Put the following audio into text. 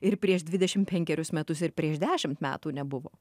ir prieš dvidešimt penkerius metus ir prieš dešimt metų nebuvo